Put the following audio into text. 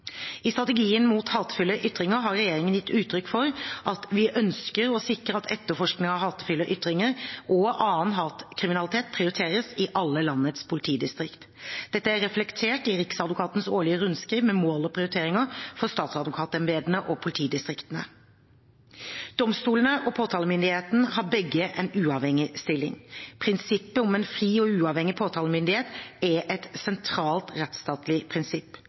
I strategien mot hatefulle ytringer har regjeringen gitt uttrykk for at vi ønsker å sikre at etterforskning av hatefulle ytringer og annen hatkriminalitet prioriteres i alle landets politidistrikter. Dette er reflektert i Riksadvokatens årlige rundskriv med mål og prioriteringer for statsadvokatembetene og politidistriktene. Domstolene og påtalemyndigheten har begge en uavhengig stilling. Prinsippet om en fri og uavhengig påtalemyndighet er et sentralt rettsstatlig prinsipp.